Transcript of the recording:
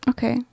Okay